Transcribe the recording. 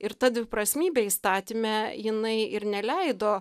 ir ta dviprasmybė įstatyme jinai ir neleido